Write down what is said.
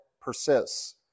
persists